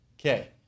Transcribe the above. Okay